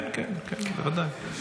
כן, כן, בוודאי.